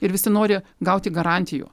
ir visi nori gauti garantijų